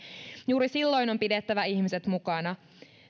juuri silloin on pidettävä ihmiset mukana